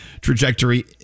trajectory